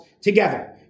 together